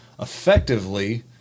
effectively